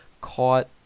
caught